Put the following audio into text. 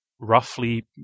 roughly